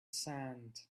sand